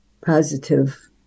positive